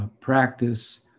practice